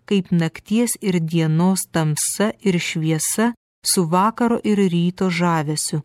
kaip nakties ir dienos tamsa ir šviesa su vakaro ir ryto žavesiu